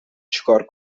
چیکار